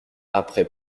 après